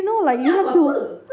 kau ingat aku apa